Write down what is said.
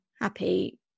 happy